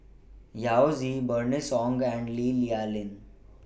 Yao Zi Bernice Ong and Lee Li Lian